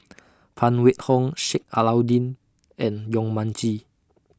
Phan Wait Hong Sheik Alau'ddin and Yong Mun Chee